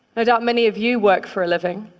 no doubt many of you work for a living.